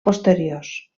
posteriors